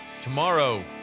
tomorrow